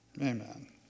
amen